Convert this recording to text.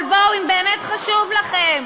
אבל אם באמת חשוב לכם,